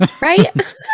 Right